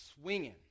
swinging